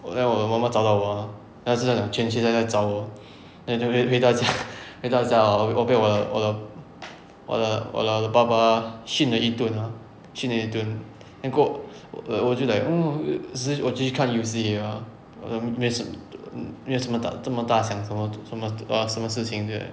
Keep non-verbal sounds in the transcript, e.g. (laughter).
then 我的妈妈找到我 then 她是讲全全学校都在找我 then then 回到家 (laughs) 回到家 hor 我被我的我的我的我的爸爸训了一顿 ah 训了一顿 then 过后我就 like (noise) 我就我就继续看游戏而已 ah 我没没什么没什么大大什么大想什么什么 err 什么事情这样